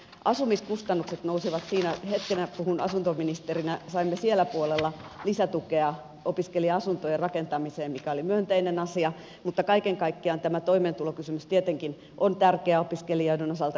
asumiskustannukset nousevat hetken puhun asuntoministerinä ja saimme siellä puolella lisätukea opiskelija asuntojen rakentamiseen mikä oli myönteinen asia mutta kaiken kaikkiaan tämä toimeentulokysymys tietenkin on tärkeä opiskelijoiden osalta